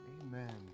Amen